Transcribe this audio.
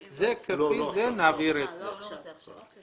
את זה נעביר כפי שזה.